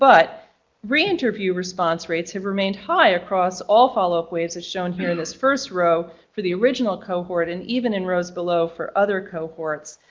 but re-interview response have remained high across all follow up waves as shown here in this first row for the original cohort and even in rows below for other cohorts.